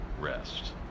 rest